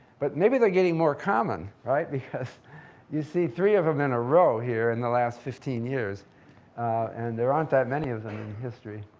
but maybe they're getting more common, right, because you see three of of them in a row, here, in the last fifteen years and there aren't that many of them in history.